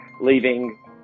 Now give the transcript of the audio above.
leaving